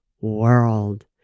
world